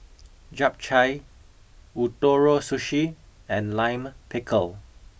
Japchae Ootoro Sushi and Lime Pickle